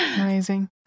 Amazing